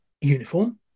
uniform